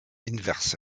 inverse